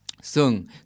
Sung